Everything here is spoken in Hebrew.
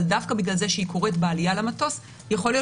אבל דווקא בגלל זה שהיא קורית בעלייה למטוס יכול להיות